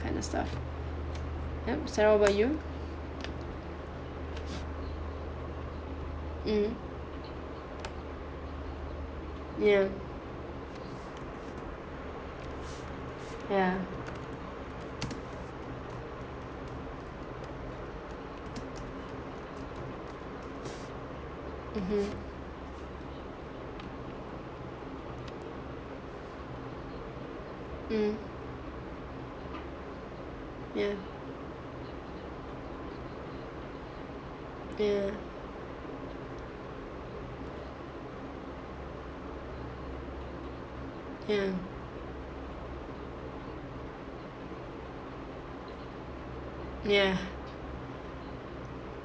kind of stuff yup sara what about you mm yeah yeah mmhmm mm ya ya ya yeah